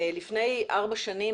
לפני ארבע שנים,